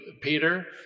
Peter